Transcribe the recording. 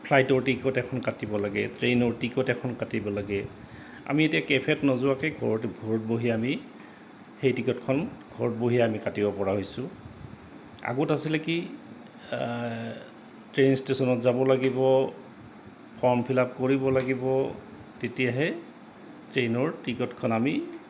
ফ্লাইটৰ টিকট এখন কাটিব লাগে ট্ৰেইনৰ টিকট এখন কাটিব লাগে আমি এতিয়া কেফেত নযোৱাকৈ ঘৰত বহি আমি সেই টিকটখন ঘৰত বহিয়ে আমি কাটিব পৰা হৈছোঁ আগত আছিলে কি ট্ৰেইন ষ্টেচনত যাব লাগিব ফৰ্ম ফিল আপ কৰিব লাগিব তেতিয়াহে ট্ৰেইনৰ টিকটখন আমি